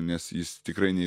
nes jis tikrai ne